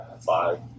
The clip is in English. five